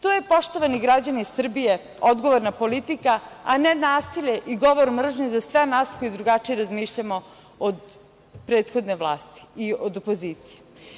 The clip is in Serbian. To je, poštovani građani Srbije, odgovorna politika, a ne nasilje i govor mržnje za sve nas koji drugačije razmišljamo od prethodne vlasti i od opozicije.